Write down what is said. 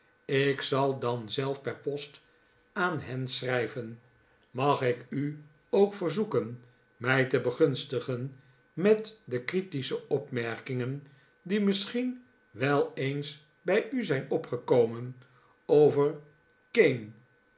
ik zal dan zelf per post aan hen schrijven mag ik u ook verzoeken mij te begunstigen met de critische opmerkingen die misschien wel eens bij u zijn opgekomen over cain